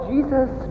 Jesus